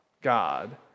God